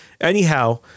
Anyhow